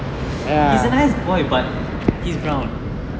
he's a nice boy but he's brown